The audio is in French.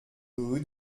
rue